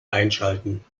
einschalten